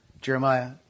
Jeremiah